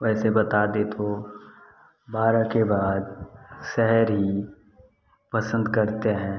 वैसे बता दें तो बारह के बाद शहर ही पसंद करते हैं